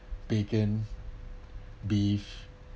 bacon beef